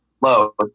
low